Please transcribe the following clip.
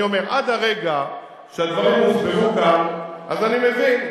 אני אומר, עד הרגע שדברים הוסברו כאן, אני מבין.